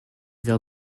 fel